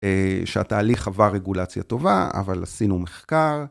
שהתהליך עבר רגולציה טובה, אבל עשינו מחקר.